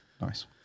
Nice